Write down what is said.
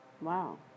Wow